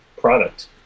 product